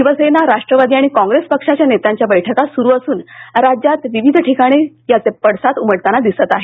शिवसेना राष्ट्रवादी आणि काँग्रस पक्षाच्या नेत्यांच्या बैठका सुरु असून राज्यात विविध ठिकाणी याचे पडसाद उमटाना दिसत आहेत